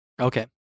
Okay